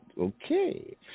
Okay